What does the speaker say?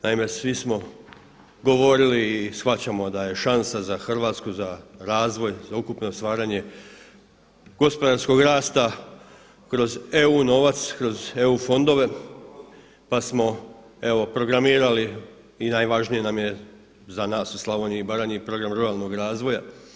Naime, svi smo govorili i shvaćamo da je šansa za Hrvatsku za razvoj, za ukupno stvaranje gospodarskog rasta kroz eu novac, kroz eu fondove, pa smo evo programirali i najvažnije nam je za nas u Slavoniji i Baranji Program ruralnog razvoja.